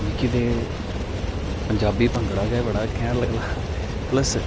मिकी ते पंजाबी भगंडा गे बड़ा घैंट लगदा पल्स